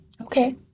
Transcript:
Okay